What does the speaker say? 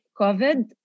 COVID